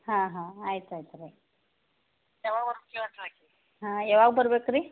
ಹಾಂ ಹಾಂ ಆಯ್ತು ಆಯ್ತು ರೀ ಹಾಂ ಯಾವಾಗ ಬರ್ಬೇಕು ರೀ